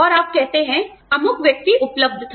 और आप कहते हैं अमुक व्यक्ति उपलब्ध था